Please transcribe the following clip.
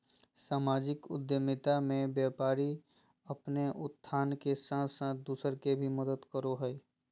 सामाजिक उद्द्मिता मे व्यापारी अपने उत्थान के साथ साथ दूसर के भी मदद करो हय